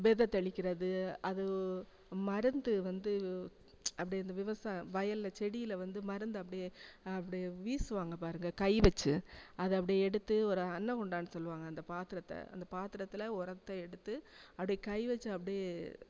வித தெளிக்கிறது அது மருந்து வந்து அப்படியே இந்த விவசாயம் வயலில் செடியில் வந்து மருந்து அப்படியே அப்படியே வீசுவாங்க பாருங்கள் கை வச்சு அதை அப்படியே எடுத்து ஒரு அன்னகுண்டான் சொல்வாங்க அந்த பாத்தரத்தை அந்த பாத்தரத்தில் ஒரத்தை எடுத்து அப்படியே கை வச்சு அப்டே